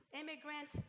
immigrant